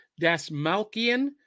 Dasmalkian